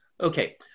Okay